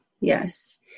Yes